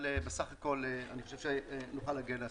בסך הכול אני חושב שנוכל להגיע להסכמות.